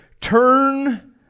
Turn